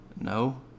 No